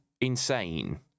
insane